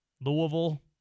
Louisville